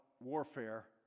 warfare